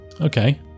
okay